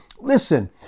Listen